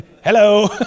Hello